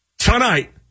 Tonight